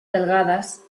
delgadas